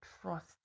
trust